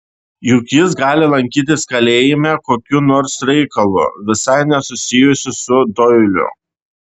juk jis gali lankytis kalėjime kokiu nors reikalu visai nesusijusiu su doiliu